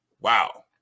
Wow